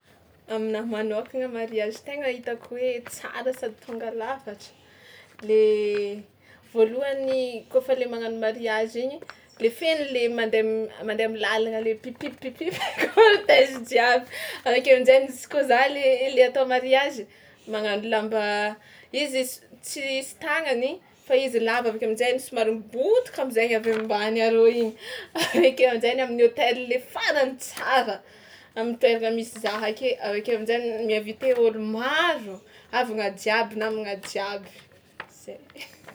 Aminahy manôkagna mariage tegna hitako hoe tsara sady tonga lafatra, le voalohany kaofa le magnano mariage igny le feony le mandeha m- mandeha am'làlana le pipimp pipimp cortège jiaby akeo amin-jainy izy koa za le le atao mariage magnano lamba izy izy tsisy tàgnany fa izy lava avy akeo amin-jainy somary mibontoka am'zaigny aveo ambany arô igny akeo amin-jay any amin'ny hôtel le faran'ny tsara am'toerana misy za ake avy akeo amin-jainy mi-inviter ôlo maro, havagna jiaby, namagna jiaby, zay.